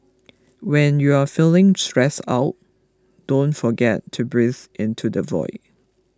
when you are feeling stressed out don't forget to breathe into the void